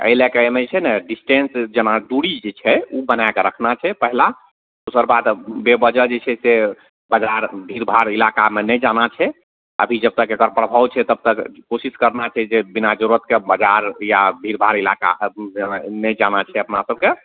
अइ लए कऽ अइमे छै ने डिस्टेंस जेना दूरी जे छै ओ बना कऽ रखना छै पहिला दोसर बात बेवजह जे छै से बजार भीड़ भाड़ इलाकामे नहि जाना छै अभी जब तक एकर प्रभाव छै तब तक कोशिश करना छै जे बिना जरूरत के बजार या भीड़ भाड़ इलाका नहि जाना छै अपना सबके